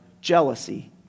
jealousy